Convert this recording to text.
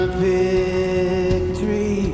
victory